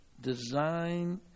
Design